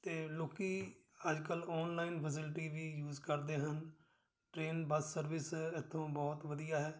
ਅਤੇ ਲੋਕ ਅੱਜ ਕੱਲ੍ਹ ਔਨਲਾਈਨ ਫੈਸਿਲਿਟੀ ਵੀ ਯੂਜ ਕਰਦੇ ਹਨ ਟ੍ਰੇਨ ਬੱਸ ਸਰਵਿਸ ਇੱਥੋਂ ਬਹੁਤ ਵਧੀਆ ਹੈ